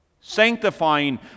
sanctifying